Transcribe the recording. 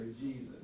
Jesus